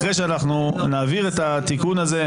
אחרי שאנחנו נעביר את התיקון הזה,